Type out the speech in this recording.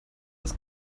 des